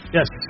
Yes